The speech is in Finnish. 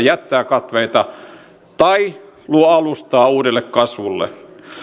jättää katveita tai luo alustaa uudelle kasvulle